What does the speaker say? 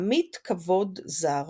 עמית כבוד זר